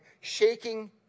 shaking